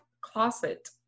closet